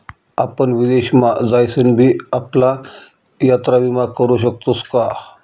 आपण विदेश मा जाईसन भी आपला यात्रा विमा करू शकतोस का?